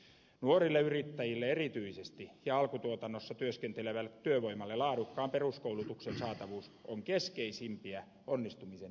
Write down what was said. erityisesti nuorille yrittäjille ja alkutuotannossa työskentelevälle työvoimalle laadukkaan peruskoulutuksen saatavuus on keskeisimpiä onnistumisen edellytyksiä